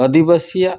ᱟᱹᱫᱤᱵᱟᱹᱥᱤᱭᱟᱜ